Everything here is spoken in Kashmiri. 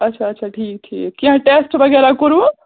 اَچھا اَچھا ٹھیٖک ٹھیٖک کیٚنٛہہ ٹیٚسٹہٕ وغیرہ کوٚروٕ